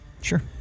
Sure